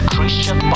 Christian